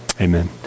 Amen